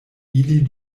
ili